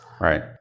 Right